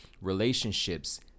relationships